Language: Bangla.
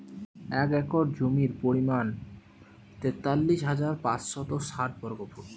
এক একর জমির পরিমাণ তেতাল্লিশ হাজার পাঁচশত ষাট বর্গফুট